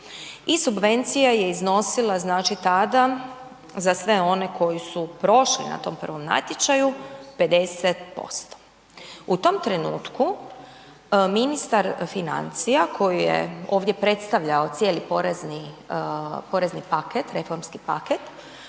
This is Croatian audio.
i subvencija je iznosila znači tada za sve one koji su prošli na tom prvom natječaju 50%. U tom trenutku ministar financija koji je ovdje predstavljao cijeli porezni paket, reformski paket,